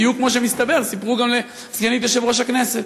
בדיוק כמו שמסתבר שסיפרו גם לסגנית יושב-ראש הכנסת.